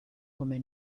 come